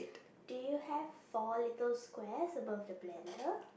do you have four little squares above the blender